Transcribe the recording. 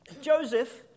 Joseph